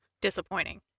Disappointing